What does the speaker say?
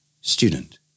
Student